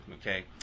okay